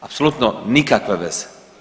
Apsolutno nikakve veze.